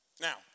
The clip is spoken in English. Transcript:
Now